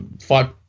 five